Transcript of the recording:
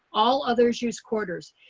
all others use quarters.